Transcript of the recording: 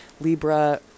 Libra